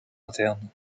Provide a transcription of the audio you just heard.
interne